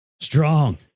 Strong